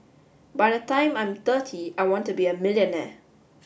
by the time I'm thirty I want to be a millionaire